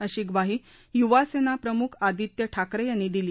अशी ग्वाही युवासेना प्रमुख आदित्य ठाकरे यांनी दिली